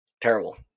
Terrible